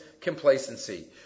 complacency